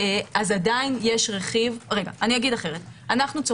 עדיין יש רכיב אנחנו צופים,